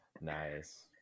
Nice